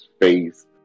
face